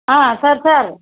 sir sir